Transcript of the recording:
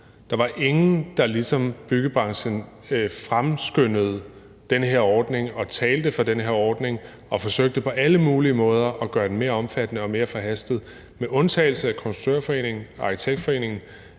der var ingen, der som byggebranchen fremskyndede den her ordning og talte for den her ordning og på alle mulige måder forsøgte at gøre den mere omfattende og mere forhastet. Med undtagelse af Konstruktørforeningen og Arkitektforeningen